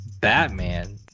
Batman